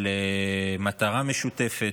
של מטרה משותפת.